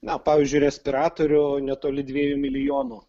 na pavyzdžiui respiratorių netoli dviejų milijonų